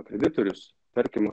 kreditorius tarkim